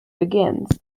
begins